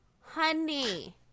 honey